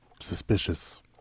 suspicious